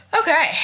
okay